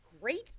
great